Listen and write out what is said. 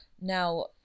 Now